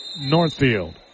Northfield